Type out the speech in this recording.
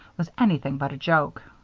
was anything but a joke.